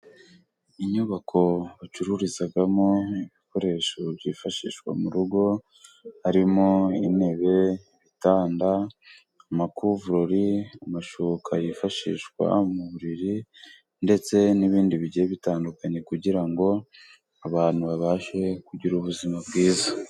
Inyubako bacururizagamo, ibikoresho byifashishwa mu rugo, harimo intebe, ibitanda, amakuvurori, amashuka yifashishwa mu buriri, ndetse n'ibindi bigiye bitandukanye kugira ngo abantu babashe kugira ubuzima bwiza.